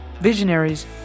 visionaries